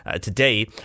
today